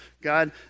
God